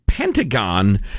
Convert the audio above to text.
Pentagon